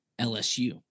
LSU